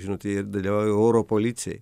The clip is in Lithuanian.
žinote jie dalyvauja oro policijai